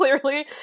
clearly